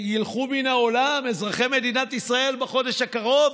ילכו מן העולם, אזרחי מדינת ישראל, בחודש הקרוב,